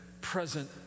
present